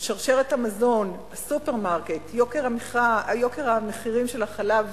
שרשרת המזון, הסופרמרקט, יוקר המחירים של החלב.